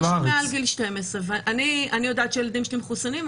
מי שמעל גיל 12. אני יודעת שהילדים שלי מחוסנים,